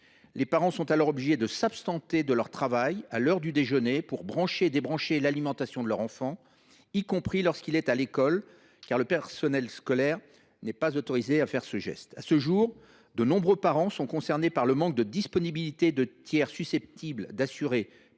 Les parents sont alors obligés de s’absenter de leur travail à l’heure du déjeuner pour brancher et débrancher l’alimentation de leur enfant, y compris lorsqu’il est à l’école, car le personnel scolaire n’est pas autorisé à faire ce geste. À ce jour, de nombreux parents sont concernés par le manque de disponibilité de tiers susceptibles d’assurer périodiquement